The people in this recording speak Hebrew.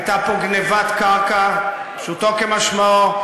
הייתה פה גנבת קרקע, פשוטו כמשמעו.